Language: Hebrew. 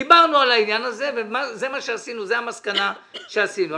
דיברנו על העניין הזה וזאת המסקנה שהגענו אליה.